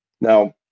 now